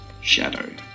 Shadow